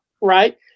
right